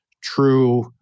true